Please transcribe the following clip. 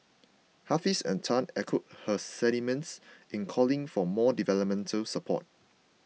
Hafiz and Tan echoed her sentiments in calling for more developmental support